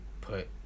put